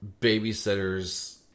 babysitters